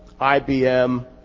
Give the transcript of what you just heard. IBM